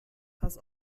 pass